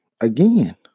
Again